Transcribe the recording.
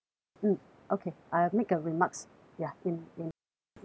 mm okay I have make a remarks ya in in the in